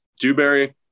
Dewberry